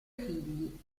figli